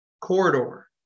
corridor